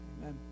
Amen